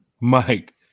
Mike